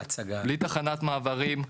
בלי תחנת מעברים,